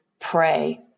pray